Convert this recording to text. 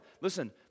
Listen